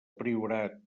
priorat